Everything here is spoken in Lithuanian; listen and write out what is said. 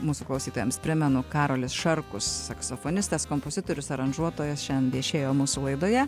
mūsų klausytojams primenu karolis šarkus saksofonistas kompozitorius aranžuotojas šiandien viešėjo mūsų laidoje